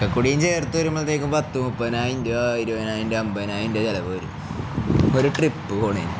O കുടിയം ചേർത്ത് വരുമ്പോളത്തേക്കും പത്ത് മുപ്പതിന അയിൻ് ആയിരപതിനായിയിൻ് അമ്പതിനായിയിൻ്റെ ചെലവ്രും ഒരു ട്രിപ്പ് പോണേന്